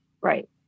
right